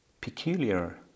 peculiar